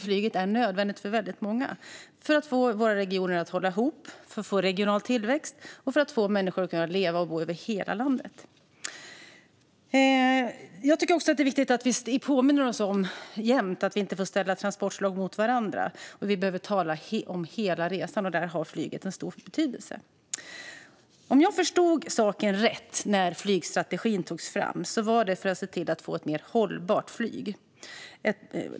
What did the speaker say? Flyget är nödvändigt för väldigt många - för att få våra regioner att hålla ihop, för att få regional tillväxt och för att få människor att kunna leva och bo över hela landet. Jag tycker också att det är viktigt att vi hela tiden påminner oss om att vi inte får ställa transportslag mot varandra. Vi behöver tala om hela resan, och där har flyget en stor betydelse. Om jag förstod saken rätt togs flygstrategin fram för att se till att få ett mer hållbart flyg.